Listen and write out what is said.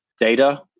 data